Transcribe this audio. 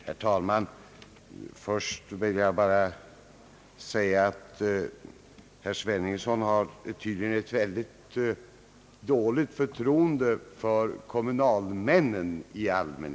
Herr talman! Först vill jag bara säga att herr Sveningsson tydligen har ett mycket ringa förtroende för kommunalmännen.